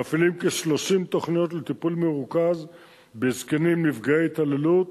מפעילים כ-30 תוכניות לטיפול מרוכז בזקנים נפגעי התעללות,